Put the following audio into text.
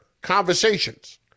conversations